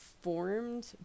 formed